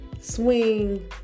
swing